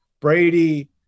Brady